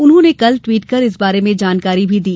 उन्होंने कल ट्वीट कर इस बारे में जानकारी भी दी